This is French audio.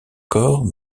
corps